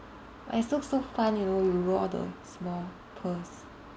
but it's looks so fun you know you roll all the small pearls